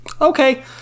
Okay